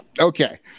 Okay